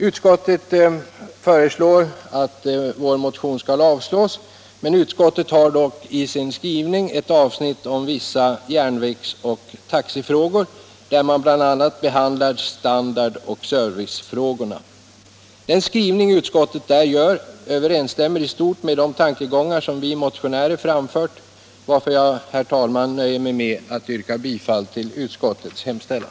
Utskottet avstyrker vår motion men har dock i sin skrivning ett avsnitt om vissa järnvägsoch taxefrågor där man bl.a. behandlar standardoch servicefrågor. Den skrivning som utskottet där gör överensstämmer i stort med de tankegångar som vi motionärer har framfört, varför jag, herr talman, nöjer mig med att yrka bifall till utskottets hemställan.